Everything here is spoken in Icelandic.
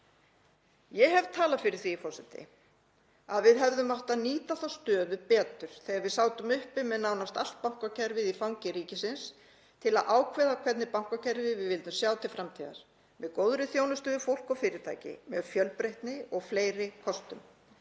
Ég hef talað fyrir því, forseti, að við hefðum átt að nýta þá stöðu betur þegar við sátum uppi með nánast allt bankakerfið í fangi ríkisins til að ákveða hvernig bankakerfi við vildum sjá til framtíðar; með góðri þjónustu við fólk og fyrirtæki með fjölbreytni og fleiri kostum